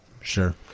Sure